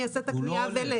אני אעשה את הקנייה ואלך.